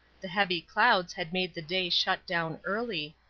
the heavy clouds had made the day shut down early,